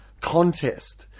contest